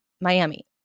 Miami